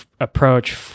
approach